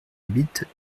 habitent